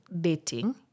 dating